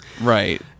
Right